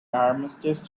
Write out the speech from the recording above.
armistice